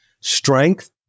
Strength